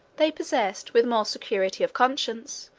they possessed, with more security of conscience,